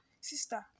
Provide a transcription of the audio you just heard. sister